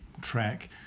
track